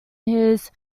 his